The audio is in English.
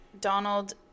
Donald